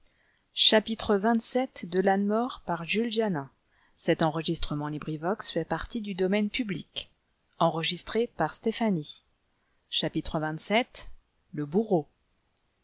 xxvii le bourreau